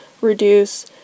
reduce